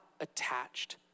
attached